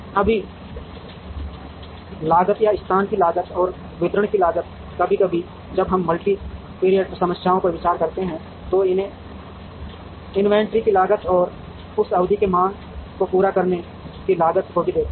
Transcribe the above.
अभी लागत या स्थान की लागत और वितरण की लागत कभी कभी जब हम मल्टी पीरियड समस्याओं पर विचार करते हैं तो हम इन्वेंट्री की लागत और उस अवधि में मांग को पूरा नहीं करने की लागत को भी देखेंगे